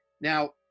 Now